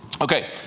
Okay